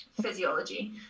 physiology